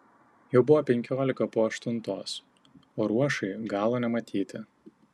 jau buvo penkiolika po aštuntos o ruošai galo nematyti